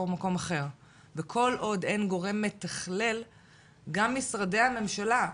במקום אחר וכל עוד אין גורם מתחלל וגם משרדים הממשלה,